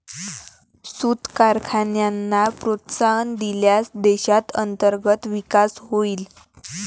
सूत कारखान्यांना प्रोत्साहन दिल्यास देशात अंतर्गत विकास होईल